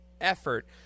effort